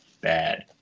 bad